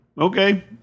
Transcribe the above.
okay